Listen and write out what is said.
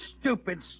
stupid